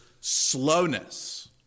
slowness